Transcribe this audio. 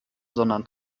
sondern